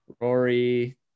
Rory